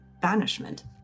banishment